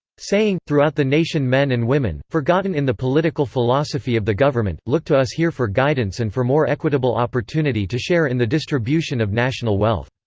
saying throughout the nation men and women, forgotten in the political philosophy of the government, look to us here for guidance and for more equitable opportunity to share in the distribution of national wealth.